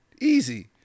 Easy